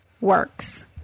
works